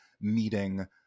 meeting